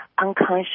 Unconscious